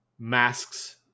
masks